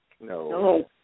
No